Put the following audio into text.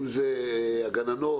גננות,